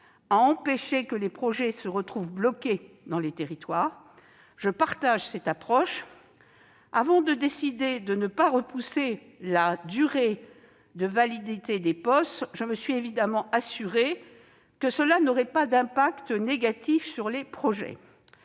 à empêcher que les projets se retrouvent bloqués dans les territoires. Je partage cette approche. Avant de décider de ne pas repousser la durée de validité des POS, je me suis évidemment assurée que cela n'aurait pas d'impact négatif sur les projets.